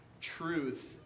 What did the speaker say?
truth